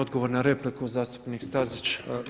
Odgovor na repliku zastupnik Stazić.